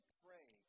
pray